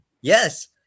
Yes